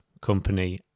company